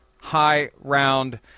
high-round